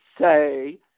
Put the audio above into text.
say